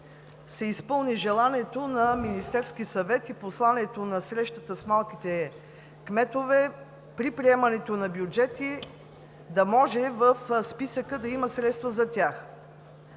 се изпълни желанието на Министерския съвет и посланието на срещата с малките кметове при приемането на бюджети да може в списъка да има средства за тях.